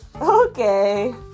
Okay